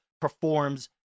performs